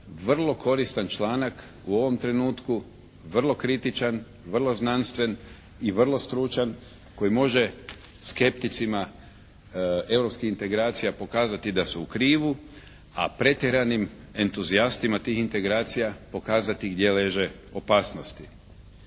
vrlo koristan članak u ovom trenutku, vrlo kritičan, vrlo znanstven i vrlo stručan koji može skepticima europskih integracija pokazati da su u krivu a pretjeranim entuzijastima tih integracija pokazati gdje leže opasnosti.